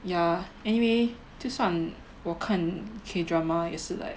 ya anyway 就算我看 K drama 也是 like